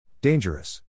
Dangerous